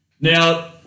Now